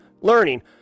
learning